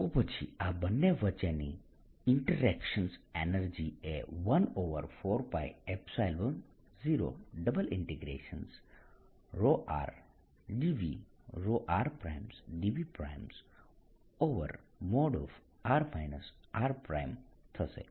તો પછી આ બંને વચ્ચેની ઈન્ટરેક્શન એનર્જી એ 14π0∬ ρ r dV |r r| થશે